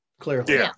clearly